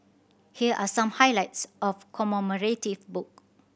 here are some highlights of commemorative book